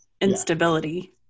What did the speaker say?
instability